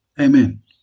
Amen